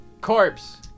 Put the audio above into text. corpse